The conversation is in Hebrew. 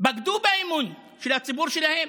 בגדו באמון של הציבור שלהם.